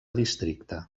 districte